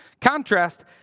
Contrast